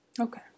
Okay